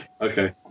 Okay